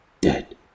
Dead